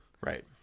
Right